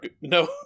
No